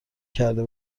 کرده